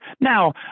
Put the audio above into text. Now